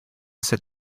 sit